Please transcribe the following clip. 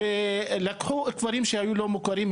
לקחו כפרים שהיו לא מוכרים,